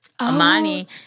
Amani